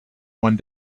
one